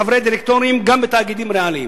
חברי דירקטוריונים גם בתאגידים ריאליים.